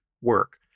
work